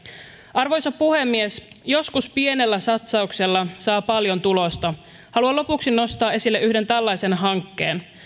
arvoisa puhemies joskus pienellä satsauksella saa paljon tulosta haluan lopuksi nostaa esille yhden tällaisen hankkeen